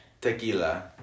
Tequila